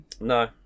No